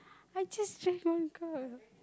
I just drink one cup